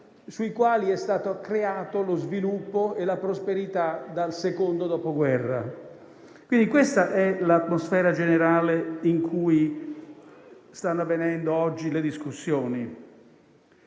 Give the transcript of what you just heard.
sui quali sono stati creati lo sviluppo e la prosperità dal secondo Dopoguerra. Questa è l'atmosfera generale in cui stanno avvenendo oggi le discussioni.